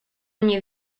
nie